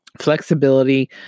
Flexibility